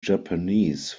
japanese